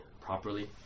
properly